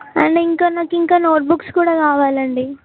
and ఇంకా నాకింకా notebooks కూడా కావాలండి